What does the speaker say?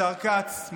השר כץ,